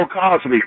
Cosby